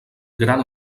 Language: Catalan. gran